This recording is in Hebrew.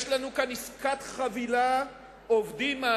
יש לנו כאן עסקת חבילה, עובדים-מעסיקים-ממשלה,